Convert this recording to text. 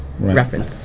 reference